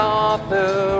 author